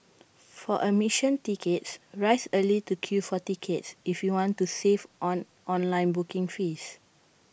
for admission tickets rise early to queue for tickets if you want to save on online booking fees